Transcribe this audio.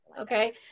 Okay